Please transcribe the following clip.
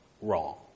wrong